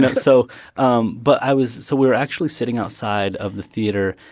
know so um but i was so we were actually sitting outside of the theater,